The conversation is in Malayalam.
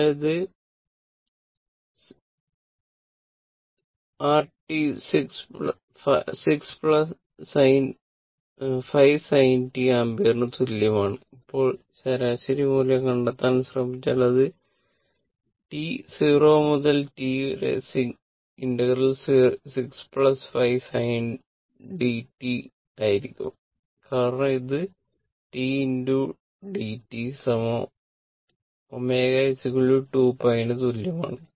അതിനാൽ ഇത് rt 6 5 sin t ampere ന് തുല്യമാണ് ഇപ്പോൾ ശരാശരി മൂല്യം കണ്ടെത്താൻ ശ്രമിച്ചാൽ അത് T 0 മുതൽ T 6 5 sin d tdt ആകും കാരണം ഇത് t dt ω 2π ന് തുല്യമാണ്